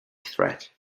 threat